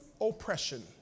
oppression